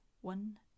One